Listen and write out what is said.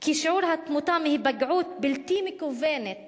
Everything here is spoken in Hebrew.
כי שיעור התמותה מהיפגעות בלתי מכוונת